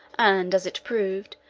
and as it proved,